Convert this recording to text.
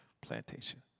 plantation